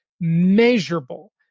measurable